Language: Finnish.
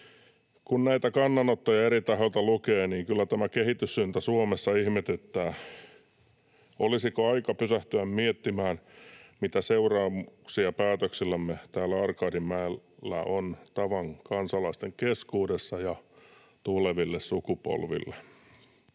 Kun näitä kannanottoja eri tahoilta lukee, niin kyllä tämä kehityssuunta Suomessa ihmetyttää. Olisiko aika pysähtyä miettimään, mitä seuraamuksia päätöksillämme täällä Arkadianmäellä on tavan kansalaisten keskuudessa ja tuleville sukupolville?